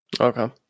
Okay